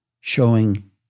showing